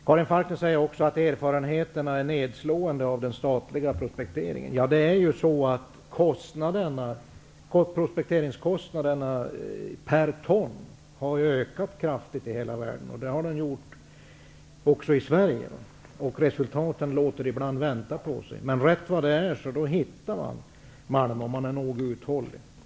Karin Falkmer säger också att erfarenheterna är nedslående av den statliga prospekteringen. Ja, prospekteringskostnaderna per ton har ökat kraftigt i hela världen, också i Sverige, och resultaten låter ibland vänta på sig. Men rätt vad det är hittar man malm, om man är nog uthållig.